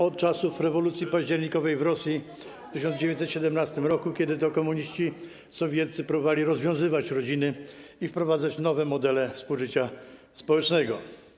od czasów rewolucji październikowej w Rosji w 1917 r., kiedy to komuniści sowieccy próbowali rozwiązywać rodziny i wprowadzać nowe modele współżycia społecznego.